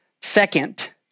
second